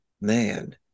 man